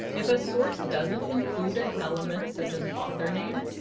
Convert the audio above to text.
if a source doesn't include an element such as author name,